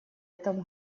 этом